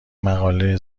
مقاله